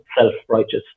self-righteous